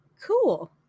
Cool